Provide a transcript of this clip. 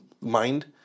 mind